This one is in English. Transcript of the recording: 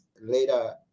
later